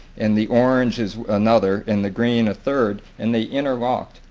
and the orange is another, and the green a third, and they interlock.